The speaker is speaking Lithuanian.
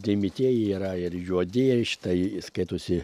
dėmėtieji yra ir juodieji šita skaitosi